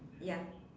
ya